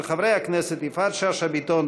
של חברי הכנסת יפעל שאשא ביטון,